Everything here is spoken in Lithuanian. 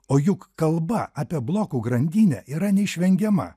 o juk kalba apie blokų grandinę yra neišvengiama